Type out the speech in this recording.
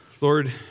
Lord